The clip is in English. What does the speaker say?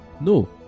No